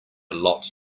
lot